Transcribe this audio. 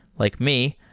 like me,